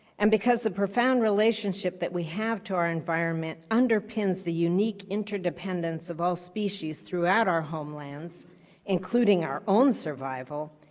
and because the profound relationship that we have to our environment underpins the unique interdependence of all species throughout our homelands including our own survival.